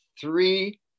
three